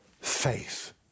faith